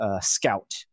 scout